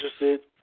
interested